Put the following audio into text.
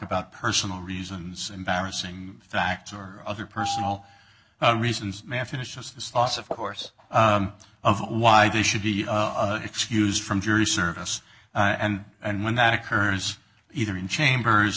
about personal reasons embarrassing facts or other personal reasons manage just the sauce of course of why they should be excused from jury service and and when that occurs either in chambers